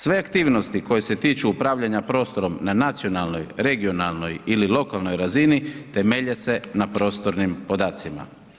Sve aktivnosti koje se tiču upravljanja prostorom na nacionalnoj, regionalnoj ili lokalnoj razini temelje se na prostornim podacima“